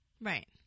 Right